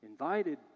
invited